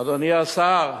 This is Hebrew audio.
אדוני השר,